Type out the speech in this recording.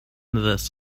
this